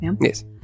Yes